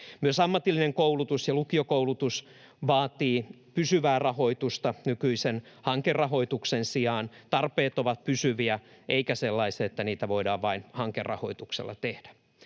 Myös ammatillinen koulutus ja lukiokoulutus vaativat pysyvää rahoitusta nykyisen hankerahoituksen sijaan. Tarpeet ovat pysyviä eivätkä sellaisia, että niitä voidaan vain hankerahoituksella tehdä.